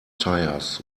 tires